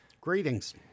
Greetings